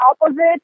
opposite